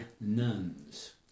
nuns